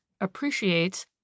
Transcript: appreciates